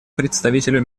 представителю